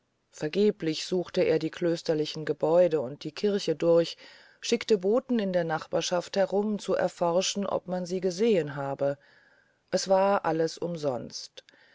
vergeblich suchte er die klösterlichen gebäude und die kirche durch und schickte boten in der nachbarschaft herum zu erforschen ob man sie gesehn habe es war alles umsonst